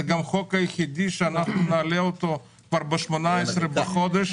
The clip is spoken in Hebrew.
זה גם החוק היחיד שאנחנו נעלה אותו כבר ב-18 בחודש,